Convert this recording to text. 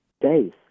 days